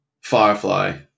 Firefly